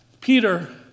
Peter